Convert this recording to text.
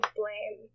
blame